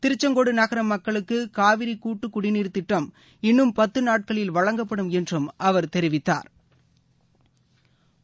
திருச்செங்கோடு நகர மக்களுக்கு காவிரி கூட்டுகுடிநீர் திட்டம் இன்னும் பத்து நாட்களில் வழங்கப்படும் என்றும் அவர் தெரிவித்தாா்